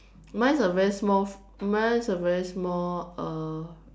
mine's a very small mine's a very small uh